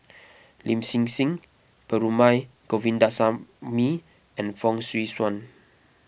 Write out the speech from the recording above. Lin Hsin Hsin Perumal Govindaswamy and Fong Swee Suan